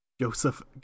Joseph